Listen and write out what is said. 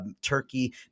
Turkey